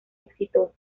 exitoso